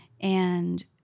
and-